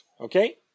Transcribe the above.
okay